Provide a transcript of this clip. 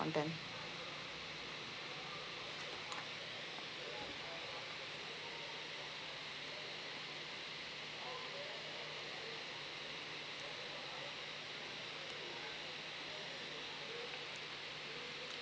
downturn